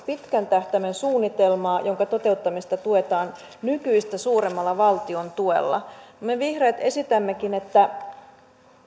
pitkän tähtäimen suunnitelmaa jonka toteuttamista tuetaan nykyistä suuremmalla valtion tuella me vihreät esitämmekin että